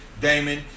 Damon